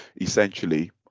essentially